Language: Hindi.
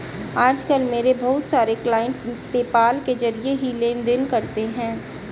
आज कल मेरे बहुत सारे क्लाइंट पेपाल के जरिये ही लेन देन करते है